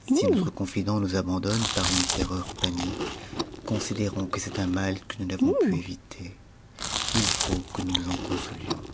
si notre confident nous abandonne par une terreur panique considérons que c'est un mal que nous n'avons pu éviter il faut que nous nous en consolions